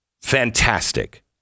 fantastic